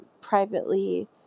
privately